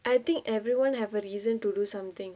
I think everyone have a reason to do something